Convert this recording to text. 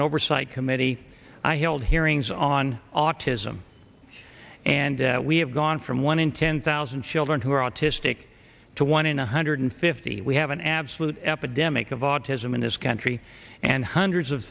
and oversight committee i held hearings on autism and we have gone from one in ten thousand children who are autistic to one in one hundred fifty we have an absolute epidemic of autism in this country and hundreds of